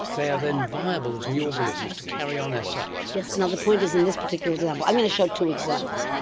they are then viable as new organisms to carry on as such. yes. now, the point is in this particular example. i'm going to show two examples,